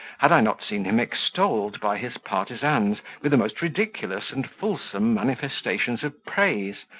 had i not seen him extolled by his partisans with the most ridiculous and fulsome manifestations of praise,